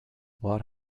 what